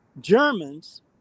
Germans